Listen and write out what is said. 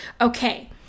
Okay